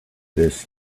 this